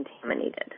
contaminated